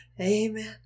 amen